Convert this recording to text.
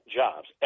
jobs